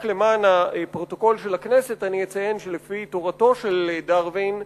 רק למען הפרוטוקול של הכנסת אני אציין שלפי תפיסתו של דרווין,